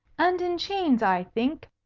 and in chains, i think,